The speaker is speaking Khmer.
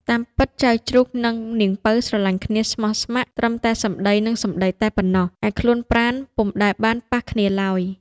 តាមពិតចៅជ្រូក និងនាងពៅស្រឡាញ់គ្នាស្មោះស្ម័គ្រត្រឹមតែសំដីនឹងសំដីតែប៉ុណ្ណោះទេ ឯខ្លួនប្រាណពុំដែលបានប៉ះគ្នាឡើយ។